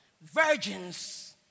Virgins